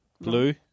Blue